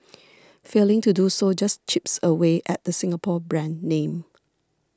failing to do so just chips away at the Singapore brand name